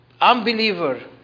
unbeliever